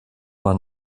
man